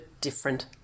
different